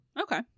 Okay